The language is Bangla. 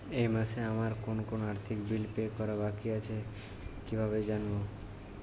এই মাসে আমার কোন কোন আর্থিক বিল পে করা বাকী থেকে গেছে কীভাবে জানব?